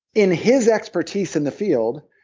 in his expertise in the field,